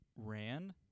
ran